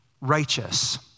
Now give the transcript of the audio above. righteous